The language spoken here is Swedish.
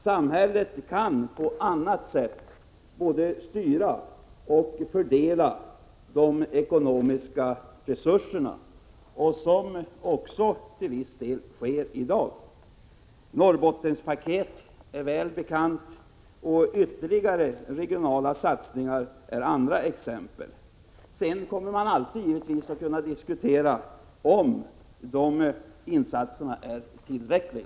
Samhället kan både och styra och fördela de ekonomiska resurserna på annat sätt, och det sker också till viss del i dag. Norrbottenspaketet är ett välbekant exempel på det, och regionala satsningar är andra exempel. Sedan kan man givetvis alltid diskutera om de insatserna är tillräckliga.